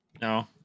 No